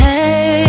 Hey